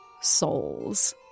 souls